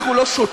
אנחנו לא שוטים,